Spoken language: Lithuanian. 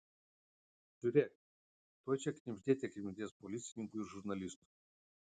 žiūrėk tuoj čia knibždėte knibždės policininkų ir žurnalistų